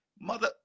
Mother